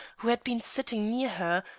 who had been sitting near her,